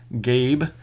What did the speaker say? Gabe